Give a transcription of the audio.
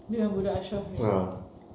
dia dengan budak ashraf ini